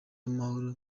amahoro